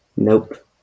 Nope